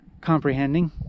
comprehending